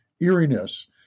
eeriness